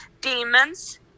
demons